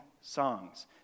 songs